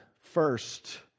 first